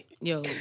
yo